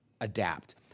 adapt